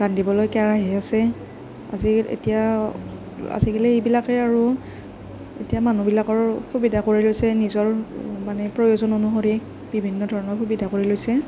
ৰান্ধিবলৈ কেৰাহী আছে আজি এতিয়া আজিকালি এইবিলাকেই আৰু এতিয়া মানুহবিলাকেও সুবিধা কৰি লৈছে নিজৰ মানে প্ৰয়োজন অনুসৰি বিভিন্ন ধৰণৰ সুবিধা কৰি লৈছে